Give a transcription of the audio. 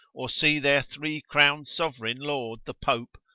or, see their three-crowned sovereign lord the pope,